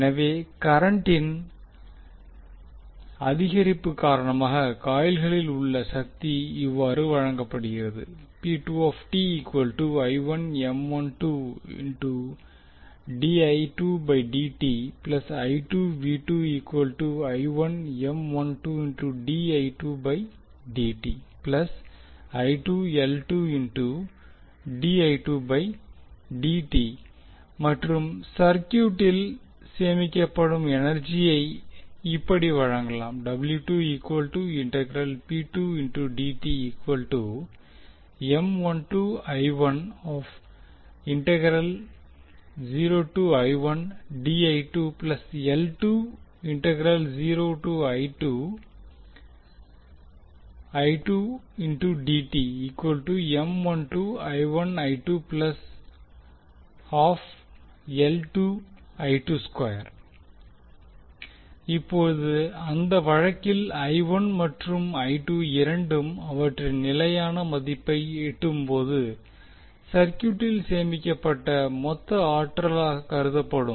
எனவே கரண்டின் அதிகரிப்பு காரணமாக காயில்களில் உள்ள சக்தி இவ்வாறு வழங்கப்படுகிறது மற்றும் சர்க்யூட்டில் சேமிக்கப்படும் எனர்ஜியை இப்படி வழங்கப்படும் இப்போது அந்த வழக்கில் மற்றும் இரண்டும் அவற்றின் நிலையான மதிப்பை எட்டும்போது சர்க்யூட்டில் சேமிக்கப்பட்ட மொத்த ஆற்றல் கருதப்படும்